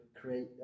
create